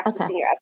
Okay